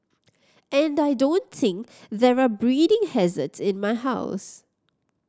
and I don't think there are breeding hazards in my house